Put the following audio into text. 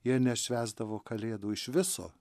jie nešvęsdavo kalėdų iš viso